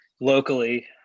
locally